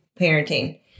parenting